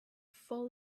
full